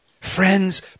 Friends